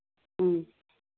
ம்